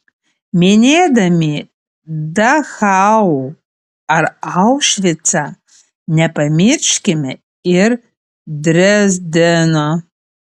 minėdami dachau ar aušvicą nepamirškime ir drezdeno